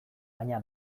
baina